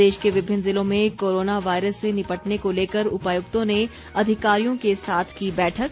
प्रदेश के विभिन्न ज़िलों में कोरोना वायरस से निपटने को लेकर उपायुक्तों ने अधिकारियों को साथ की बैठक